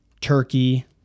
turkey